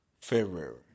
February